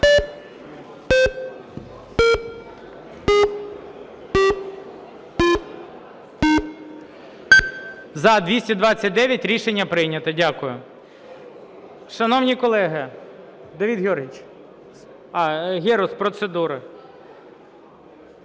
За-270 Рішення прийнято. Дякую.